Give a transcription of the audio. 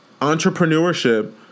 entrepreneurship